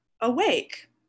awake